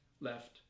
left